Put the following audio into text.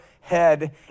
head